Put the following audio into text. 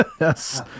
Yes